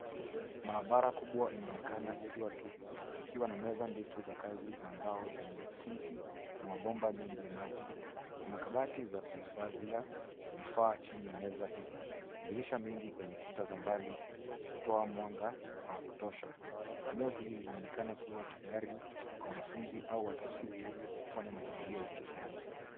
Maabara kubwa inaonekana ikiwa tupu ikiwa na meza ndefu za kazi za mbao zenye sinki na mabomba mengi ya maji. Kuna kabati za kuhifadhia vifaa chini ya meza hizo. Madirisha mengi kwenye kuta za mbali hutoa mwanga wa kutosha. Eneo hili linaonekana kuwa tayari kwa wanafunzi au watafiti kufanya majaribio ya kisayansi.